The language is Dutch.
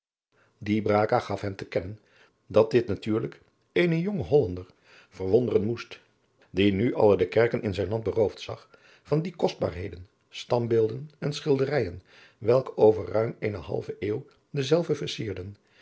gaf hem te kennen dat dit natuurlijk eenen jongen hollander verwonderen moest die nu alle de kerken in zijn land beroofd zag van die kostbaarheden standbeelden en schilderijen welke over ruim eene halve eeuw dezelve versierden